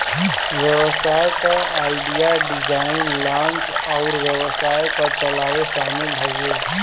व्यवसाय क idea, design, launch अउर व्यवसाय क चलावे शामिल हउवे